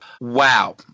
wow